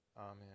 amen